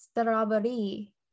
strawberry